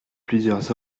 plusieurs